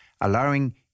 allowing